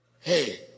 hey